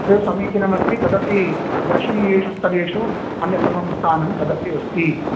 एतत्समीचीनमस्ति तदपि दर्शनीयेषु स्थलेषु अन्यतमं स्थानं तदपि अस्ति